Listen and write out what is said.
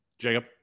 Jacob